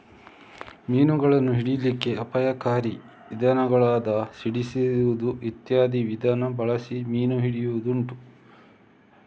ಮೀನುಗಳನ್ನ ಹಿಡೀಲಿಕ್ಕೆ ಅಪಾಯಕಾರಿ ವಿಧಾನಗಳಾದ ಸಿಡಿಸುದು ಇತ್ಯಾದಿ ವಿಧಾನ ಬಳಸಿ ಮೀನು ಹಿಡಿಯುದುಂಟು